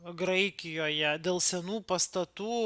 graikijoje dėl senų pastatų